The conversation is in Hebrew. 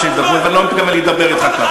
ואני לא מתכוון להידבר אתך כך.